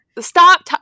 stop